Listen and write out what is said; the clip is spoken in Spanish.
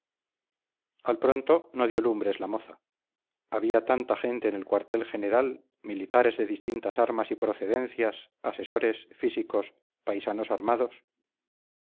al pronto no dio lumbres la moza había tanta gente en el cuartel general militares de distintas armas y procedencias asesores físicos paisanos armados